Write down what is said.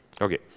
okay